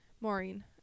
Maureen